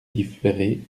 différer